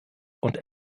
und